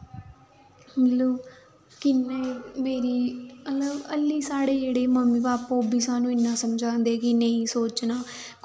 मतलब किन्ने मेरी अल्ली साढ़े जेह्ड़े मम्मी पापा ओह् बी सानूं इन्ना समझांदे कि नेईं सोचना